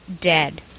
dead